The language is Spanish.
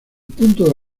punto